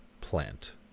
Plant